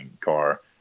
car